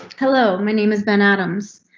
hello, my name is ben adams.